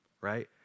right